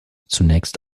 zunächst